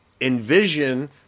Envision